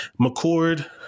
McCord